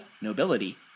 nobility